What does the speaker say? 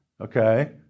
Okay